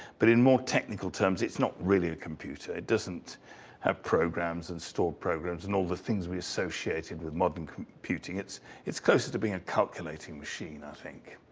but in more technical terms, it's not really a computer. it doesn't have programs, and stock programs, and all the things we associated with modern computing. it's it's closer to being a calculating machine, i think.